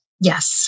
Yes